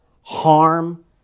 harm